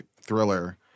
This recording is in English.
thriller